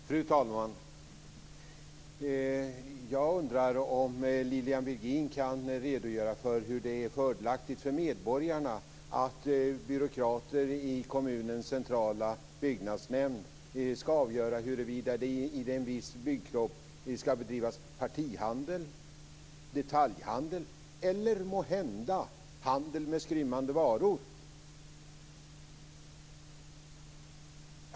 Fru talman! Jag undrar om Lilian Virgin kan redogöra för på vilket sätt det är fördelaktigt för medborgarna att byråkrater i kommunens centrala byggnadsnämnd avgör huruvida det i en viss byggkropp skall bedrivas partihandel, detaljhandel eller måhända handel med skrymmande varor.